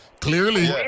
Clearly